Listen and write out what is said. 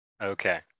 okay